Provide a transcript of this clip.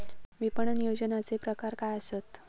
विपणन नियोजनाचे प्रकार काय आसत?